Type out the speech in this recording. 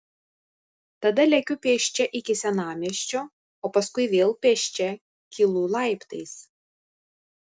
tada lekiu pėsčia iki senamiesčio o paskui vėl pėsčia kylu laiptais